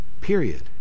Period